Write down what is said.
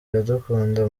iradukunda